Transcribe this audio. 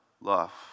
Love